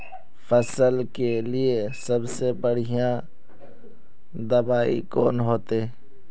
फसल के लिए सबसे बढ़िया दबाइ कौन होते?